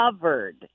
covered